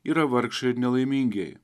yra vargšai ir nelaimingieji